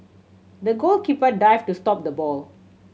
the goalkeeper dived to stop the ball